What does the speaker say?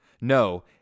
No